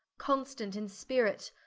constant in spirit,